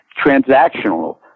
transactional